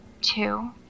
Two